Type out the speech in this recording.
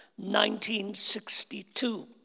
1962